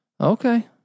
Okay